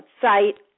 site